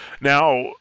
Now